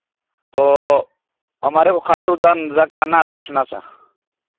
तो हमारे वह खाटू धाम जाकर आना तोशिना से